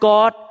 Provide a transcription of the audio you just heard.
God